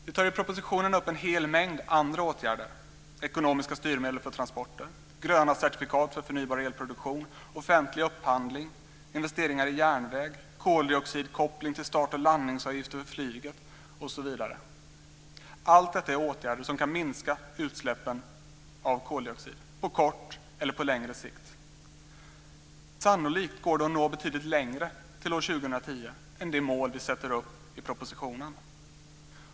Vi tar i propositionen upp en hel mängd andra åtgärder - ekonomiska styrmedel för transporter, gröna certifikat för förnybar elproduktion, offentlig upphandling, investeringar i järnväg, koldioxidkoppling till start och landningsavgifter för flyget, osv. Allt detta är åtgärder som kan minska utsläppen av koldioxid på kort eller på längre sikt. Sannolikt går det att nå betydligt längre till år 2010 än det mål som vi sätter upp i propositionen.